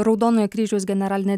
raudonojo kryžiaus generalinė